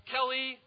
Kelly